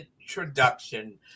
introduction